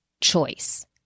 choice